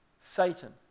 satan